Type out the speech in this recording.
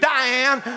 Diane